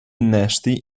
innesti